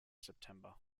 september